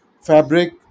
fabric